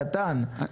קטן,